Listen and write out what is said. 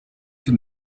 you